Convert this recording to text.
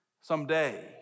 someday